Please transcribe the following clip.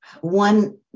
one